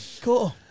cool